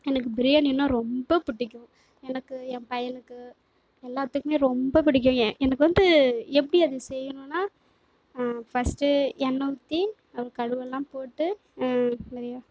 எனக்கு பிரியாணினால் ரொம்ப பிடிக்கும் எனக்கு என் பையனுக்கு எல்லாத்துக்குமே ரொம்ப பிடிக்கும் ஏ எனக்கு வந்து எப்படி அது செய்யணுனா ஃபஸ்ட் எண்ணெ ஊற்றி அப்புறம் கடுகெல்லாம் போட்டு நிறையா